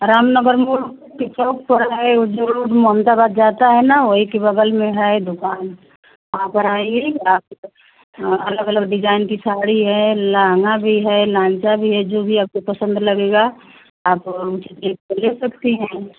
राम नगर मोड़ के चौक पर है वह जो रूट मोहमदाबाद जाता है ना वही के बगल में है दुकान वहाँ पर आइए आप हाँ अलग अलग डिजाइन की साड़ी है लहंगा भी है लांचा भी है जो भी आपको पसंद लगेगा आप देख कर ले सकती हैं